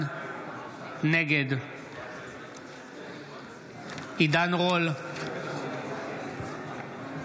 נגד עידן רול, בעד אפרת רייטן מרום, אינה